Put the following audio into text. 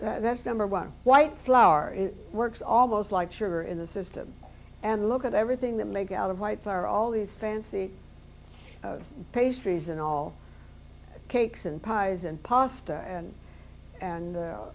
that's number one white flour it works almost like sugar in the system and look at everything that made out of whites are all these fancy pastries and all cakes and pies and pasta and and